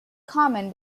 common